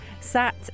Sat